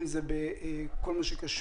אם זה בכל מה שקשור